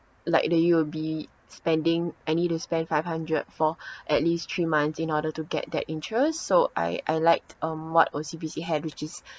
like the U_O_B spending I need to spend five hundred for at least three months in order to get that interest so I I liked um what O_C_B_C had which is